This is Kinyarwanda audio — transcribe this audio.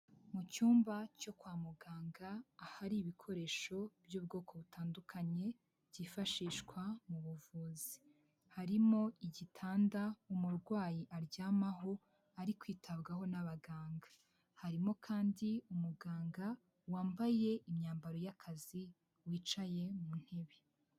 Mu cyumba cyo kwa muganga ahari ibikoresho by'ubwoko butandukanye byifashishwa mu buvuzi, harimo igitanda umurwayi aryamaho ari kwitabwaho n'abaganga, harimo kandi umuganga wambaye imyambaro y'akazi wicaye mu ntebe.